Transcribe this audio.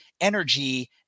Energy